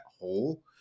hole